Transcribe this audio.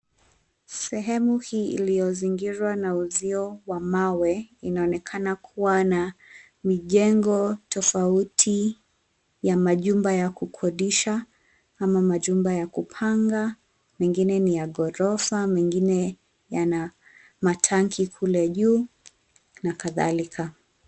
Sehemu hii iliyozingira na uzio wa mawe inaonekana kuwa na mijengo tofauti ya majumba ya kukodisha ama majumba ya kupanga, mengine ni ya ghorofa mengine yana matanki kule juu na kadhalika.